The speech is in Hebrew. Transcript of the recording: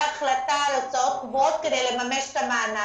החלטה על הוצאות קבועות כדי לממש את המענק.